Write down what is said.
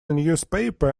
newspaper